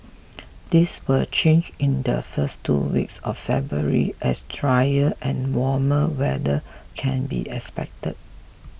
this will change in the first two weeks of February as drier and warmer weather can be expected